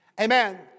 Amen